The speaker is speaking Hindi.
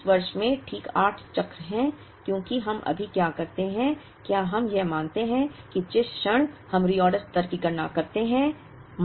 इस वर्ष में ठीक 8 चक्र हैं क्योंकि हम अभी क्या करते हैं क्या हम यह मानते हैं कि जिस क्षण हम रीऑर्डर स्तर की गणना करते हैं